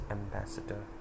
ambassador